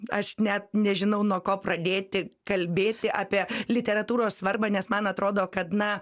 aš net nežinau nuo ko pradėti kalbėti apie literatūros svarbą nes man atrodo kad na